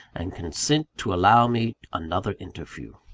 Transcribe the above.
and consent to allow me another interview.